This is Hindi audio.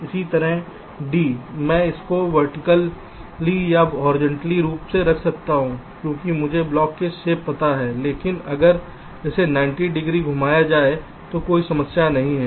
इसी तरह D मैं इसे वर्टिकली या हॉरिज़ॉन्टली रूप से रख सकता हूं क्योंकि मुझे ब्लॉक का शेप पता है लेकिन अगर इसे 90 डिग्री से घुमाया जाए तो कोई समस्या नहीं है